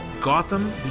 Gotham